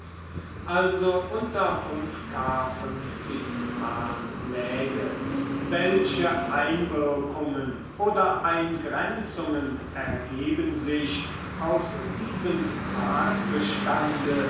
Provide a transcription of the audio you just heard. also unter k h läge welche einwirkungen oder eingrenzungen ergeben sich aus diesem tatbestande